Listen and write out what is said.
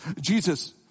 Jesus